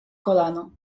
kolano